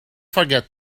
forget